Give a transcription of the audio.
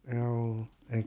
!aiyo! at